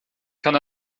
kann